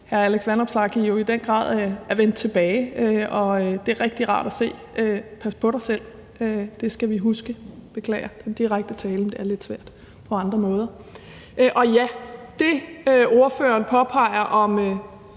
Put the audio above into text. hr. Alex Vanopslagh jo i den grad er vendt tilbage. Det er rigtig rart at se. Pas på dig selv, det skal man huske. Jeg beklager den direkte tiltale, men det er lidt svært at sige det på andre måder. Jeg hørte